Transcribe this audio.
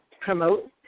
promote